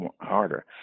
harder